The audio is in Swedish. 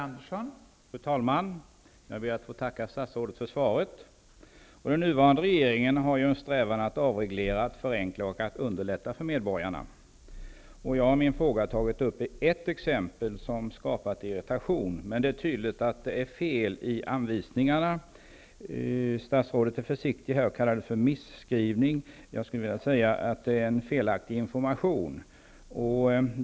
Fru talman! Jag ber att få tacka statsrådet för svaret. Den nuvarande regeringen har en strävan att avreglera, förenkla och underlätta för medborgarna. Jag har i min fråga tagit upp ett exempel som har skapat irritation. Men det är tydligt att det är fel i anvisningarna. Statsrådet är försiktig här och kallar det för misskrivning. Jag skulle vilja säga att det är en felaktig information.